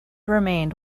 remained